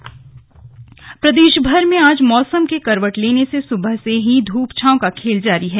slug मौसम प्रदेशभर में आज मौसम के करवट लेने से सुबह से ही धूप छांव का खेल जारी है